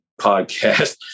podcast